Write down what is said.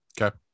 Okay